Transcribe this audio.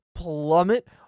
plummet